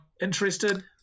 Interested